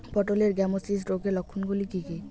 পটলের গ্যামোসিস রোগের লক্ষণগুলি কী কী?